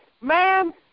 Ma'am